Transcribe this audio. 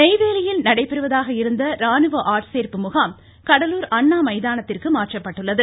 நெய்வேலியில் நடைபெறுவதாக இருந்த ராணுவ ஆட்சேர்ப்பு முகாம் கடலூர் அண்ணா மைதானத்திற்கு மாற்றப்பட்டுள்ளது